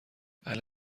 اهل